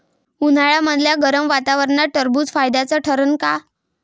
उन्हाळ्यामदल्या गरम वातावरनात टरबुज फायद्याचं ठरन का?